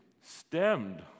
stemmed